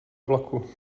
vlaku